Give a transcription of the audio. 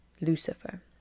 lucifer